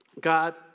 God